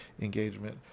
engagement